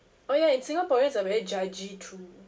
oh ya and singaporeans are very judgy too